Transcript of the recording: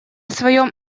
своём